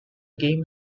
game